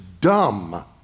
dumb